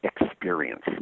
experience